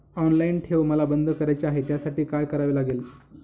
Online ठेव मला बंद करायची आहे, त्यासाठी काय करावे लागेल?